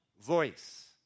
voice